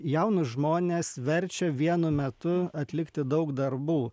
jaunus žmones verčia vienu metu atlikti daug darbų